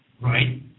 Right